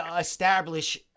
establish